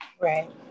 right